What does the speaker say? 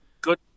Good